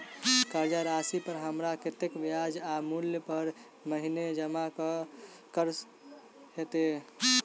कर्जा राशि पर हमरा कत्तेक ब्याज आ मूल हर महीने जमा करऽ कऽ हेतै?